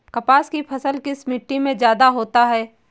कपास की फसल किस मिट्टी में ज्यादा होता है?